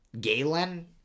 Galen